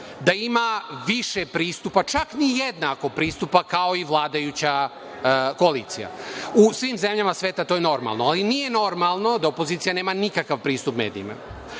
da ima više pristupa, čak ni jednako pristupa kao i vladajuća koalicija. U svim zemljama sveta to je normalno, ali nije normalno da opozicija nema nikakav pristup medijima. Druga